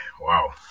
Wow